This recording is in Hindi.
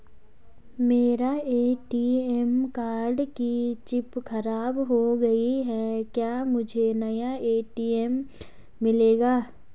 मेरे ए.टी.एम कार्ड की चिप खराब हो गयी है क्या मुझे नया ए.टी.एम मिलेगा?